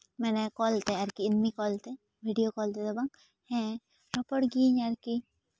ᱢᱟᱱᱮ ᱠᱚᱞ ᱛᱮ ᱟᱨᱠᱤ ᱮᱢᱱᱤ ᱠᱚᱞ ᱛᱮ ᱵᱷᱤᱰᱭᱳ ᱠᱚᱞ ᱛᱮᱫᱚ ᱵᱟᱝ ᱦᱮᱸ ᱨᱚᱯᱚᱲ ᱜᱮᱭᱟᱹᱧ ᱟᱨᱠᱤ